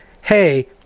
hey